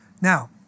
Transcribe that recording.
Now